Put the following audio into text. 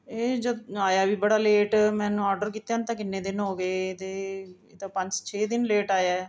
ਇਹ ਜਦ ਆਇਆ ਵੀ ਬੜਾ ਲੇਟ ਮੈਨੂੰ ਔਡਰ ਕੀਤਿਆਂ ਨੂੰ ਤਾਂ ਕਿੰਨੇ ਦਿਨ ਹੋ ਗਏ ਅਤੇ ਇਹ ਤਾਂ ਪੰਜ ਛੇ ਦਿਨ ਲੇਟ ਆਇਆ